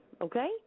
okay